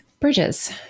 bridges